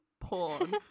Porn